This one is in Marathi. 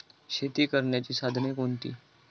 शेती करण्याची साधने कोणती?